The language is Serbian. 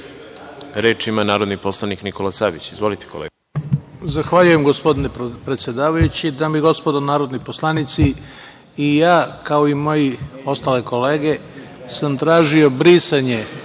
Da. Reč ima narodni poslanik Nikola Savić. Izvolite, kolega.